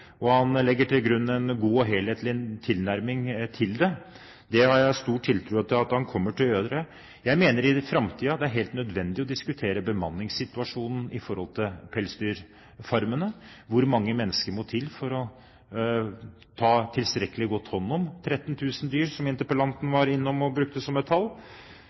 Han legger til grunn en god og helhetlig tilnærming til dette, og jeg har stor tiltro til det. Jeg mener at det i framtiden er helt nødvendig å diskutere bemanningssituasjonen på pelsdyrfarmene – hvor mange mennesker må til for å ta tilstrekkelig godt hånd om 14 000 dyr, som var det tallet interpellanten brukte.